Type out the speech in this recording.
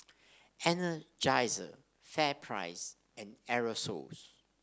Energizer FairPrice and Aerosoles